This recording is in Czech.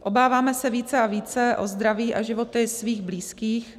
Obáváme se více a více o zdraví a životy svých blízkých.